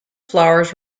flowers